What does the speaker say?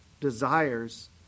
desires